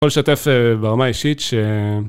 יכול לשתף ברמה האישית ש...